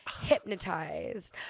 hypnotized